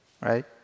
Right